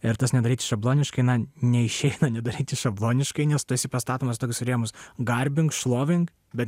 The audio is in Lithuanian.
ir tas nedaryti šabloniškai na neišeina nedaryti šabloniškai nes tu esi pastatomas į tokius rėmus garbink šlovink bet